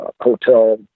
hotel